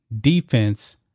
defense